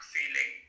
feeling